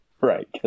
Right